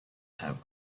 have